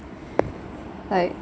like